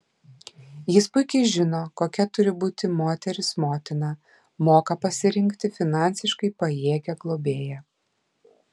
jis puikiai žino kokia turi būti moteris motina moka pasirinkti finansiškai pajėgią globėją